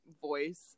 voice